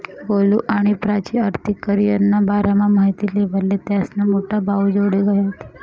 गोलु आणि प्राची आर्थिक करीयरना बारामा माहिती लेवाले त्यास्ना मोठा भाऊजोडे गयात